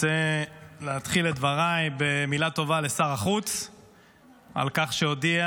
אני רוצה להתחיל את דבריי במילה טובה לשר החוץ על כך שהודיע